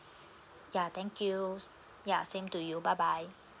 ya thank you ya same to you bye bye